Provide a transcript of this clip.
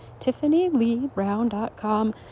TiffanyLeeBrown.com